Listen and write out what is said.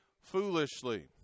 foolishly